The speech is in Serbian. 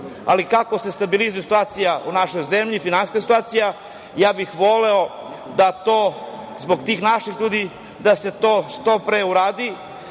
ali kako se stabilizuje situacija u našoj zemlji finansijska situacija, ja bih voleo da to zbog tih naših ljudi da se to što pre uradi